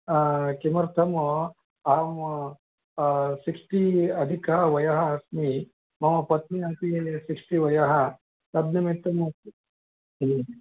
किमर्थम् अहं सिक्स्टि अधिकः वयः अस्ति मम पत्नी अपि सिक्स्टि वयः तन्निमित्तं